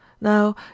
now